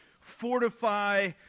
fortify